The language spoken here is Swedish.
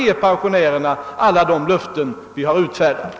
uppfylla alla de löften vi gav folkpensionärerna?